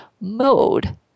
mode